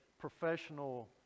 professional